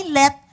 let